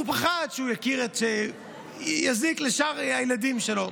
הוא פחד שהוא יזיק לשאר הילדים שלו.